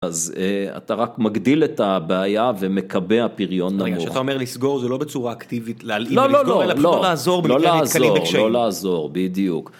אז אתה רק מגדיל את הבעיה ומקבע פריון נמוך. מה שאתה אומר, לסגור זה לא בצורה אקטיבית, לא, לא, לא, לא, לא לעזור, לא לעזור, בדיוק.